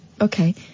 Okay